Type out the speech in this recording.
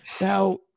Now